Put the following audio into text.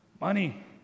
Money